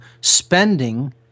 spending